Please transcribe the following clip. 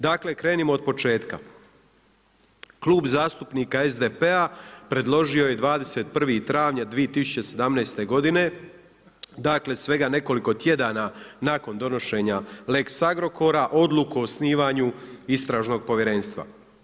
Dakle krenimo od početka, Klub zastupnika SDP-a predložio je 21. travnja 2017. godine, dakle svega nekoliko tjedana nakon donošenja lex Agrokora odluku o osnivanju istražnog povjerenstva.